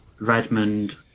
Redmond